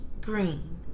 Green